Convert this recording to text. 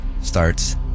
starts